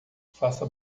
faça